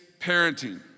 parenting